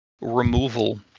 removal